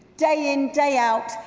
day in, day out,